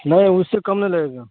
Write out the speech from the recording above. نہیں اس سے کم نہیں لگے گا